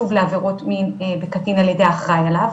שוב לעבירות מין בקטין על ידי האחראי עליו,